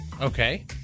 okay